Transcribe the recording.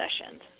sessions